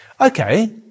Okay